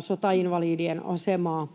sotainvalidien asemaa.